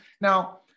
Now